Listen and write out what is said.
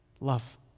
Love